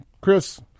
Chris